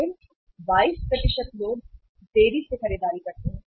फिर 22 लोग देरी से खरीदारी करते हैं